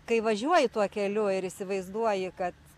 kai važiuoji tuo keliu ir įsivaizduoji kad